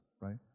right